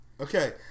Okay